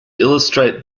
illustrate